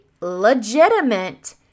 legitimate